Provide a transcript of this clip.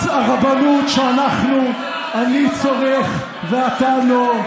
הרבנות שאני צורך ואתה לא,